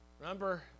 remember